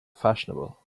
fashionable